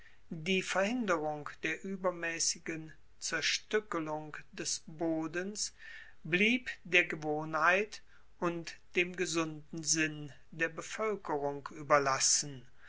die verhinderung der uebermaessigen zerstueckelung des bodens blieb der gewohnheit und dem gesunden sinn der bevoelkerung ueberlassen